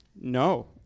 No